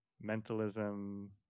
mentalism